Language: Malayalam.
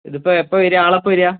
ഇതിപ്പോള് എപ്പോഴാണു വരിക ആളെപ്പോഴാണു വരിക